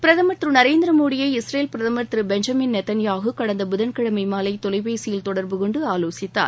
பிரதமர் திரு நரேந்திர மோடியை இஸ்ரேல் பிரதமர் திரு பெஞ்சமின் நெத்தன்யாஹூ சென்ற புதன் கிழமை மாலை தொலைபேசியில் தொடர்பு கொண்டு ஆலாசித்தார்